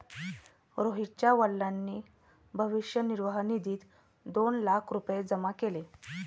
रोहितच्या वडिलांनी भविष्य निर्वाह निधीत दोन लाख रुपये जमा केले